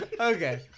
Okay